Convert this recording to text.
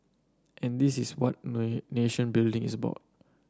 and this is what nation building is about